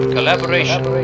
Collaboration